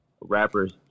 rappers